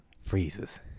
freezes